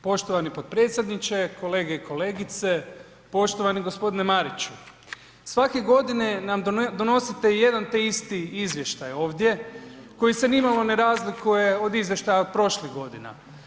Poštovani potpredsjedniče, kolege i kolegice, poštovani gospodine Mariću, svake godine nam donosite jedan te isti izvještaj ovdje koji se nimalo ne razlikuje od izvještaja od prošlih godina.